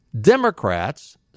Democrats